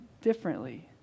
differently